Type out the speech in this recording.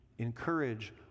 Encourage